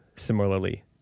similarly